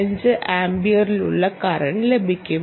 045 ആമ്പിയറിലുള്ള കറന്റ് ലഭിക്കും